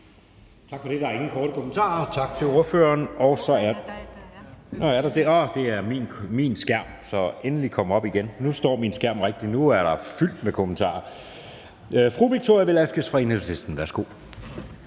Tak for det. Der er ingen korte kommentarer. Tak til ordføreren. Er der korte kommentarer? Det er min skærm, der ikke viser det. Så kom endelig op igen. Nu står min skærm rigtigt, og nu er der fyldt med kommentarer. Fru Victoria Velasquez fra Enhedslisten. Værsgo.